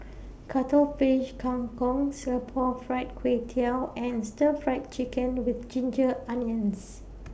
Cuttlefish Kang Kong Singapore Fried Kway Tiao and Stir Fried Chicken with Ginger Onions